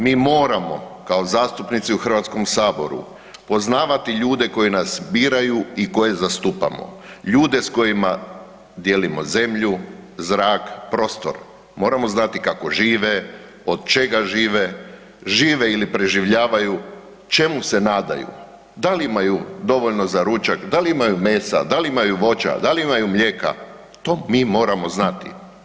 Mi moramo kao zastupnici u HS poznavati ljude koji nas biraju i koje zastupamo, ljude s kojima dijelimo zemlju, zrak, prostor, moramo znati kako žive, od čega žive, žive ili preživljavaju, čemu se nadaju, dal imaju dovoljno za ručak, dal imaju mesa, dal imaju voća, dal imaju mlijeka, to mi moramo znati.